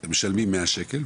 הם משלמים מאה שקל.